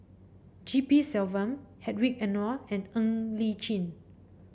G P Selvam Hedwig Anuar and Ng Li Chin